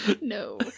No